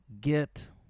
get